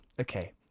okay